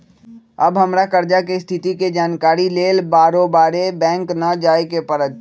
अब हमरा कर्जा के स्थिति के जानकारी लेल बारोबारे बैंक न जाय के परत्